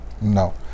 No